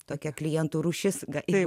tokia klientų rūšis gali